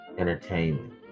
Entertainment